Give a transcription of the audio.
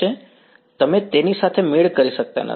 અરે વાહ તમે તેની સાથે મેળ કરી શકતા નથી